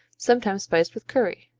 sometimes spiced with curry.